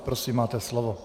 Prosím, máte slovo.